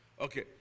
Okay